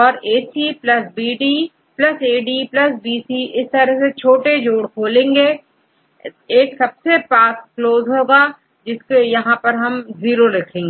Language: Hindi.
and AC BD ADBCऔर सबसे छोटे जोड़ खोलेंगे एक सबके पास क्लोज है कुछ यहां पर0 रखते हैं